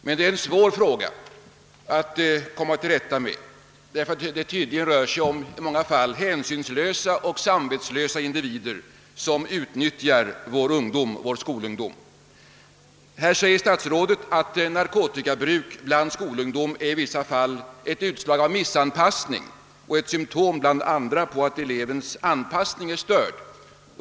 Men det är en svår fråga att komma till rätta med, då det tydligen i många fall rör sig om hänsynslösa och samvetslösa individer som utnyttjar vår skolungdom. Statsrådet säger att narkotikabruket bland skolungdomen i vissa fall är ett utslag av missanpassning och ett symtom bland andra på att elevens anpassning är störd.